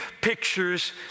pictures